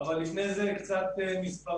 אבל לפני זה קצת מספרים.